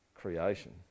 creation